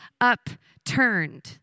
upturned